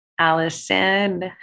Allison